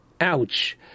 ouch